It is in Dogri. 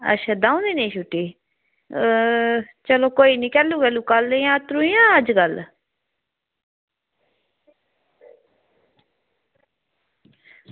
अच्छा दौं दिनें दी छुट्टी चलो कैलूं कैलूं कल्ल अत्तरूं जां अज्जकल